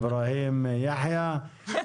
איברהים יחיא,